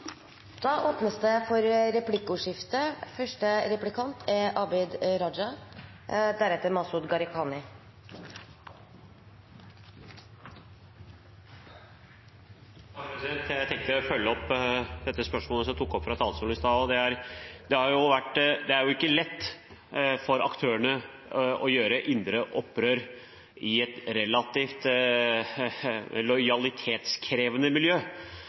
Det blir replikkordskifte. Jeg tenkte å følge opp det spørsmålet jeg tok opp fra talerstolen i sted. Det er ikke lett for aktørene å gjøre indre opprør i et relativt lojalitetskrevende miljø.